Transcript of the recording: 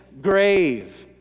grave